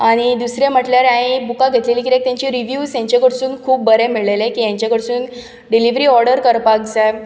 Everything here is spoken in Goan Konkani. आनी दूसरे म्हटल्यार हांवें हिं बुकां घेतलेली कित्याक रिव्यूज हाचे कडसून खूब बरें मेळलेले कि हाचे कडसून डिलीवरी ओर्डर करपाक जाय